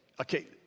okay